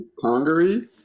Congaree